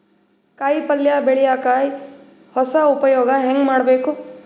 ಕಾಯಿ ಪಲ್ಯ ಬೆಳಿಯಕ ಹೊಸ ಉಪಯೊಗ ಹೆಂಗ ಮಾಡಬೇಕು?